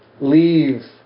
leave